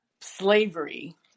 slavery